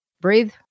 breathe